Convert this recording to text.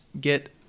get